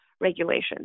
regulations